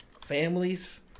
families